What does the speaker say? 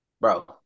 Bro